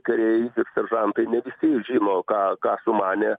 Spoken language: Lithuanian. kariai seržantai ne visi žino ką ką sumanė